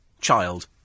child